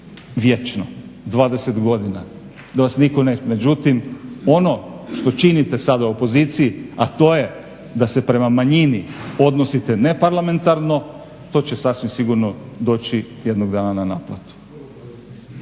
razumije se./…. Međutim ono što činite sada opoziciji, a to je da se prema manjini odnosite neparlamentarno to će sasvim sigurno doći jednog dana na naplatu.